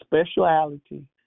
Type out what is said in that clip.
speciality